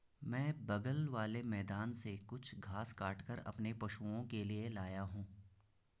मैं बगल वाले मैदान से कुछ घास काटकर अपने पशुओं के लिए लाया हूं